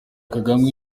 kagame